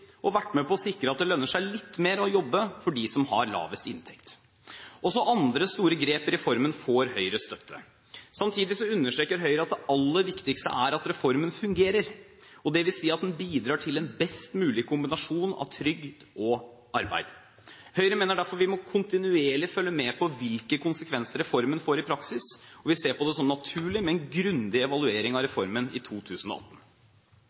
og vært med på å sikre at det lønner seg litt mer å jobbe for dem som har lavest inntekt. Også andre store grep i reformen får Høyres støtte. Samtidig understreker Høyre at det aller viktigste er at reformen fungerer, og det vil si at den bidrar til en best mulig kombinasjon av trygd og arbeid. Høyre mener derfor vi kontinuerlig må følge med på hvilke konsekvenser reformen får i praksis, og vi ser på det som naturlig med en grundig evaluering av reformen i 2018.